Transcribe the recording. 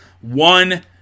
One